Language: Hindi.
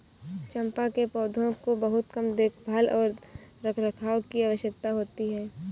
चम्पा के पौधों को बहुत कम देखभाल और रखरखाव की आवश्यकता होती है